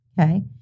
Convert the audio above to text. Okay